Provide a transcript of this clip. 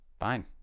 fine